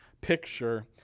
picture